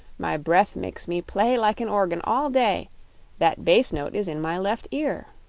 my breath makes me play like an organ, all day that bass note is in my left ear.